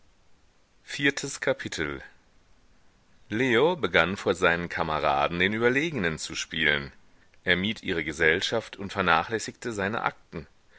viertes kapitel leo begann vor seinen kameraden den überlegenen zu spielen er mied ihre gesellschaft und vernachlässigte seine akten